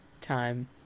time